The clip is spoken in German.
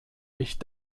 ich